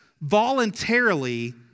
voluntarily